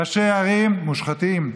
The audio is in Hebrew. ראשי הערים, מושחתים.